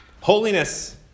Holiness